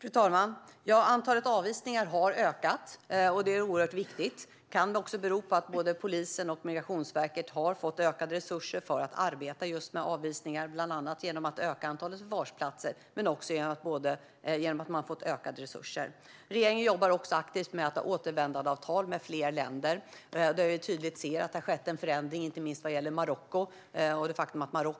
Fru talman! Antalet anvisningar har ökat. Det är oerhört viktigt. Det kan bero på att både polisen och Migrationsverket har fått ökade resurser för att arbeta med just avvisningar, bland annat genom ett ökat antal förvarsplatser. Regeringen jobbar också aktivt med återvändandeavtal med fler länder. Där ser vi tydligt att det har skett en förändring, inte minst vad gäller Marocko,